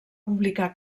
publicar